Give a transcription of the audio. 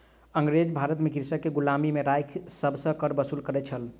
अँगरेज भारत में कृषक के गुलामी में राइख सभ सॅ कर वसूल करै छल